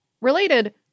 Related